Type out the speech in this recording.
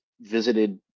visited